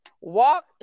walk